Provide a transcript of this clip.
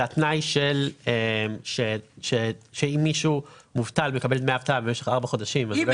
זה התנאי שאם מישהו מובטל מקבל דמי אבטלה במשך ארבעה חודשים --- אם